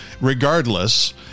regardless